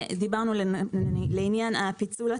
דיברנו על עניין הפיצול התעריפי.